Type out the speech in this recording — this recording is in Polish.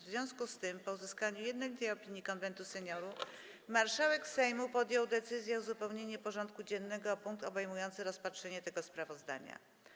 W związku z tym, po uzyskaniu jednolitej opinii Konwentu Seniorów, marszałek Sejmu podjął decyzję o uzupełnieniu porządku dziennego o punkt obejmujący rozpatrzenie tego sprawozdania.